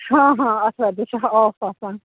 ہاں ہاں آتھوارِ دۄہ چھُ آف آسان